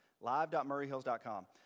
Live.murrayhills.com